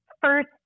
first